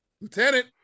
Lieutenant